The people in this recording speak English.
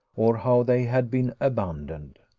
or how they had been abandoned.